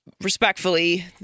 respectfully